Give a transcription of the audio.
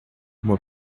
uma